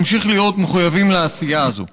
נמשיך להיות מחויבים לעשייה הזו.